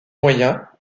moyen